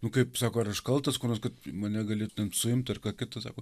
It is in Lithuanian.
nu kaip sako ar aš kaltas kuo nors kad mane gali ten suimt ar ką kita sako